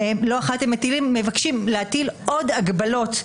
לא אחת הם מבקשים להטיל עוד הגבלות,